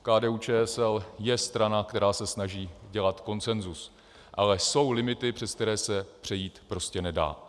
KDUČSL je strana, která se snaží dělat konsenzus, ale jsou limity, přes které se přejít prostě nedá.